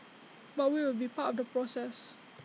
but we will be part of the process